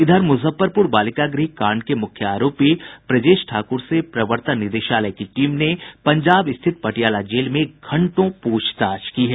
इधर मुजफ्फरपुर बालिका गृह कांड के मुख्य आरोपी ब्रजेश ठाकुर से प्रवर्तन निदेशालय की टीम ने पंजाब स्थित पटियाला जेल में घंटों पूछताछ की है